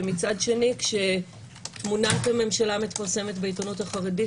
ומצד שני כשתמונת הממשלה מתפרסמת בעיתונות החרדית,